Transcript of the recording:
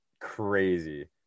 crazy